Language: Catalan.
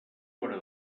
hora